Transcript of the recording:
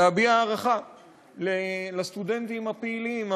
להביע הערכה לסטודנטים הפעילים,